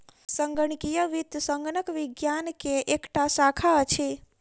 संगणकीय वित्त संगणक विज्ञान के एकटा शाखा अछि